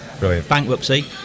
bankruptcy